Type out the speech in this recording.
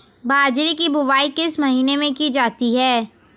बाजरे की बुवाई किस महीने में की जाती है?